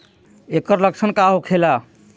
ऐकर लक्षण का होखेला?